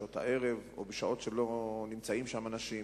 בשעות הערב או בשעות שלא נמצאים שם אנשים,